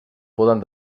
poden